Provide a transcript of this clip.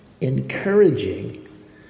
encouraging